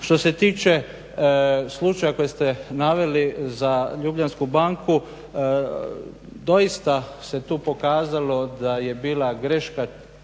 Što se tiče slučaja koji ste naveli za Ljubljansku banku, doista se tu pokazalo da je bila greška